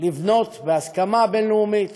לבנות בהסכמה בין-לאומית